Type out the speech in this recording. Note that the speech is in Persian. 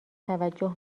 توجه